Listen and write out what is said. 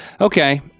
Okay